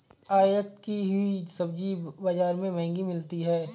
आयत की हुई सब्जी बाजार में महंगी मिलती है